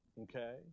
Okay